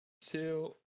two